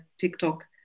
TikTok